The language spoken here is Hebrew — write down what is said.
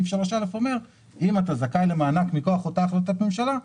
סעיף 3א אומר: אם אתה זכאי למענק מכוח אותה החלטת ממשלה,